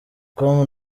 com